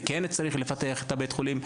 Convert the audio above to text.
וכן צריך לפתח את בית החולים.